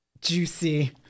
Juicy